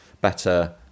better